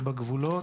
בגבולות.